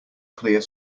clear